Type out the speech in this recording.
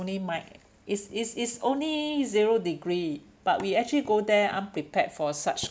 only mi~ it's it's it's only zero degree but we actually go there unprepared for such